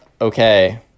okay